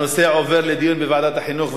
הנושא עובר לדיון בוועדת החינוך,